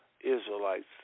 Israelites